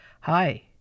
Hi